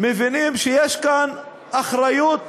שיש כאן אחריות